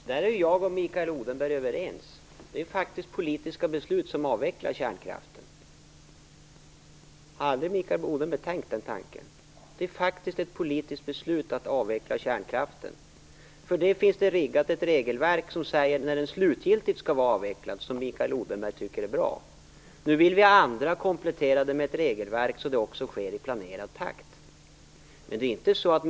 Fru talman! När det gäller den sista frågan är jag och Mikael Odenberg överens. Det är faktiskt politiska beslut som avvecklar kärnkraften. Har aldrig Mikael Odenberg tänkt den tanken? Det är faktiskt ett politiskt beslut att avveckla kärnkraften. Det finns ett regelverk riggat för detta, som säger när den slutgiltigt skall vara avvecklad. Det tycker Mikael Odenberg är bra. Nu vill vi andra komplettera det med ett regelverk så att det också sker i planerad takt.